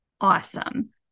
awesome